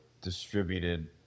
distributed